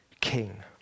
king